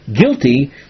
guilty